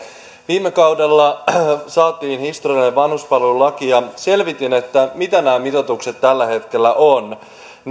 viime kaudella saatiin historiallinen vanhuspalvelulaki ja selvitin mitä nämä mitoitukset tällä hetkellä ovat